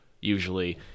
usually